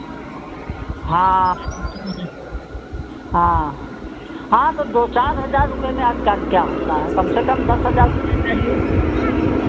हाँ तो वह हाँ हाँ तो दो चार हज़ार रुपये में आज कल क्या होता है कम से कम दस हज़ार रुपये चाहिए